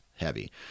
heavy